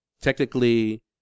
Technically